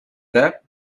there